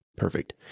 Perfect